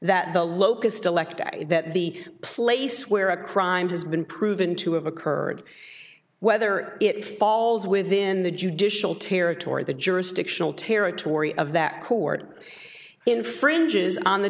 that the locust elected that the place where a crime has been proven to have occurred whether it falls within the judicial territory the jurisdictional territory of that court infringes on the